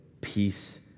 peace